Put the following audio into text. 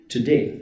today